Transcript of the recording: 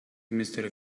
mystery